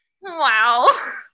Wow